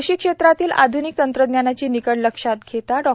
कृषी क्षेत्रातील आध्निक तंत्रज्ञानाची निकड लक्षात घेता डॉ